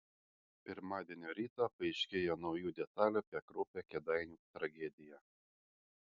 pirmadienio rytą paaiškėjo naujų detalių apie kraupią kėdainių tragediją